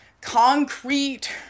concrete